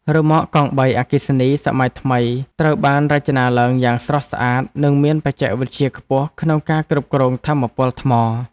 រ៉ឺម៉កកង់បីអគ្គិសនីសម័យថ្មីត្រូវបានរចនាឡើងយ៉ាងស្រស់ស្អាតនិងមានបច្ចេកវិទ្យាខ្ពស់ក្នុងការគ្រប់គ្រងថាមពលថ្ម។